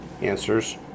Answers